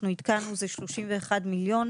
זה 31 מיליון.